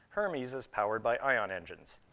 hermes is powered by ion engines.